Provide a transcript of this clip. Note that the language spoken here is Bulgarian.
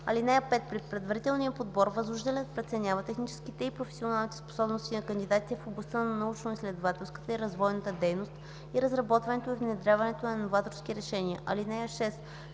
дни. (5) При предварителния подбор възложителят преценява техническите и професионалните способности на кандидатите в областта на научноизследователската и развойната дейност, и разработването и внедряването на новаторски решения. (6)